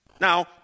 Now